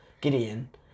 Gideon